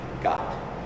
God